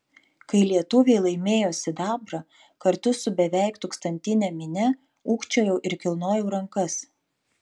kai lietuviai laimėjo sidabrą kartu su beveik tūkstantine minia ūkčiojau ir kilnojau rankas